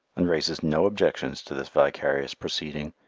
and raises no objections to this vicarious proceeding.